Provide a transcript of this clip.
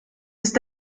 ist